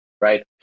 right